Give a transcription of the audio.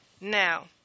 Now